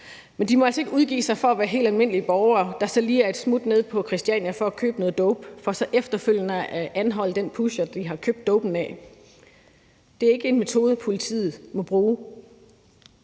Men de må altså ikke udgive sig for at være helt almindelige borgere, der så lige er et smut nede på Christiania for at købe noget dope for så efterfølgende at anholde den pusher, de har købt dopen af. Det er ikke en metode, politiet må bruge.